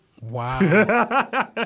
Wow